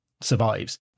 survives